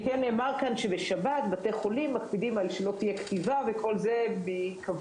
נאמר כאן שבשבת בתי חולים מקפידים על שלא תהיה כתיבה וכל זה בכבוד.